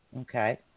Okay